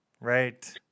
Right